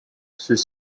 ceux